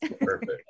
perfect